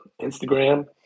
Instagram